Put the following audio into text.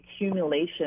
accumulation